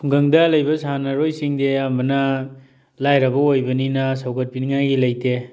ꯈꯨꯡꯒꯪꯗ ꯂꯩꯕ ꯁꯥꯟꯅꯔꯣꯏꯁꯤꯡꯗꯤ ꯑꯌꯥꯝꯕꯅ ꯂꯥꯏꯔꯕ ꯑꯣꯏꯕꯅꯤꯅ ꯁꯧꯒꯠꯄꯤꯅꯤꯉꯥꯏꯒꯤ ꯂꯩꯇꯦ